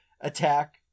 attack